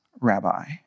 rabbi